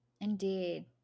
indeed